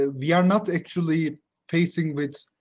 ah we are not actually facing with